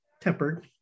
tempered